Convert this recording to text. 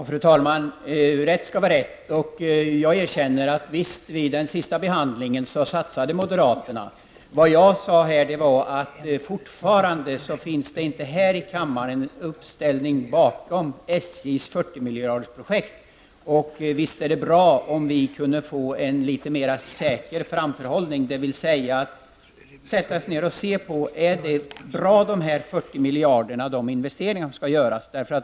Fru talman! Rätt skall vara rätt, och jag erkänner att moderaterna gick med på satsningar vid den sista behandlingen i utskottet. Vad jag sade var att det här i kammaren fortfarande inte finns en uppställning bakom SJs fyrtiomiljardersprojekt. Visst vore det bra om vi kunde få en mer säker framförhållning, dvs. att vi ser om de investeringar som skall göras för dessa 40 miljarder är bra.